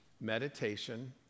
meditation